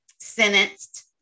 sentenced